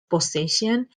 possession